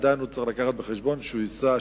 עדיין הוא צריך לקחת בחשבון שהוא יישא,